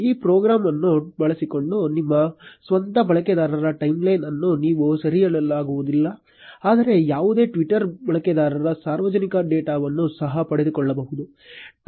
ಈ ಪ್ರೋಗ್ರಾಂ ಅನ್ನು ಬಳಸಿಕೊಂಡು ನಿಮ್ಮ ಸ್ವಂತ ಬಳಕೆದಾರರ ಟೈಮ್ಲೈನ್ ಅನ್ನು ನೀವು ಸೆರೆಹಿಡಿಯಲಾಗುವುದಿಲ್ಲ ಆದರೆ ಯಾವುದೇ Twitter ಬಳಕೆದಾರರ ಸಾರ್ವಜನಿಕ ಡೇಟಾವನ್ನು ಸಹ ಪಡೆದುಕೊಳ್ಳಬಹುದು